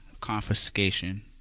confiscation